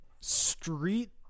street